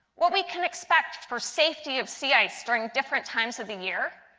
we can expect for safety of sea ice during different times of the year,